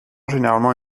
généralement